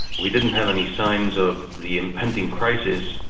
we didn't have any signs of the impending crisis,